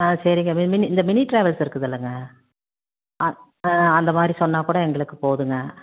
ஆ சரிங்க மினி இந்த mini travels இருக்குதில்லங்க ஆ ஆ அந்தமாதிரி சொன்னால்க்கூட எங்களுக்கு போதுங்க